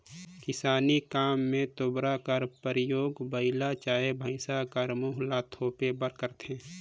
किसानी काम मे तोबरा कर परियोग बइला चहे भइसा कर मुंह ल तोपे बर करथे